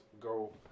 go